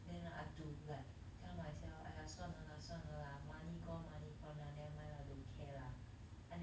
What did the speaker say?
then ah I have to like tell myself !aiya! 算了 lah 算了 lah money gone money gone lah never mind lah don't care lah